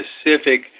specific